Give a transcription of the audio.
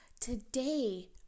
Today